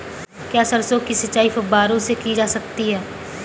क्या सरसों की सिंचाई फुब्बारों से की जा सकती है?